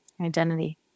identity